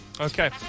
Okay